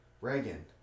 Reagan